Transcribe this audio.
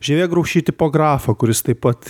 žievėgraušį tipografą kuris taip pat